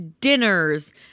dinners